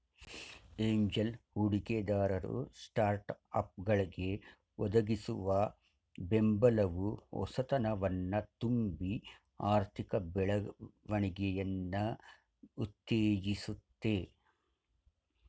angel ಹೂಡಿಕೆದಾರರು ಸ್ಟಾರ್ಟ್ಅಪ್ಗಳ್ಗೆ ಒದಗಿಸುವ ಬೆಂಬಲವು ಹೊಸತನವನ್ನ ತುಂಬಿ ಆರ್ಥಿಕ ಬೆಳವಣಿಗೆಯನ್ನ ಉತ್ತೇಜಿಸುತ್ತೆ